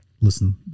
listen